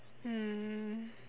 mm mm